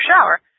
shower